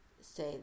say